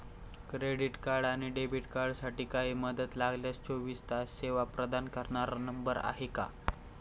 Credit आणि debit कार्डसाठी काही मदत लागल्यास चोवीस तास सेवा प्रदान करणारा नंबर आहे का?